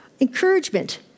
Encouragement